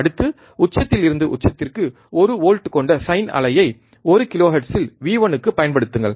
அடுத்து உச்சத்தில் இருந்து உச்சத்திற்கு ஒரு வோல்ட் கொண்ட சைன் அலையை ஒரு கிலோஹெர்ட்ஸில் V1க்கு பயன்படுத்துங்கள்